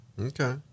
okay